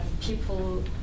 people